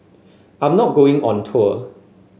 I'm not going on tour